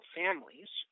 families